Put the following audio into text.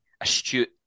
astute